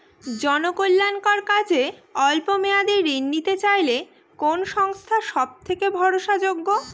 জনকল্যাণকর কাজে অল্প মেয়াদী ঋণ নিতে চাইলে কোন সংস্থা সবথেকে ভরসাযোগ্য?